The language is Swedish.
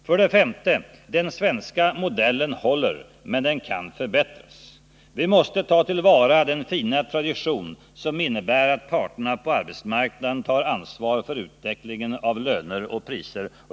För det femte: Den svenska modellen håller — men den kan förbättras. Vi måste ta till vara den fina tradition som innebär att parterna på arbetsmark naden tar ansvar för utvecklingen av löner och priser.